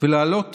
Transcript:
ולעלות